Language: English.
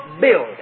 building